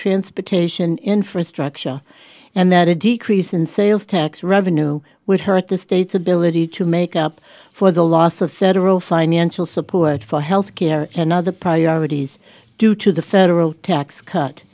transportation infrastructure and that a decrease in sales tax revenue would hurt the state's ability to make up for the loss of federal financial support for health care and other priorities due to the federal tax cut